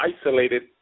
isolated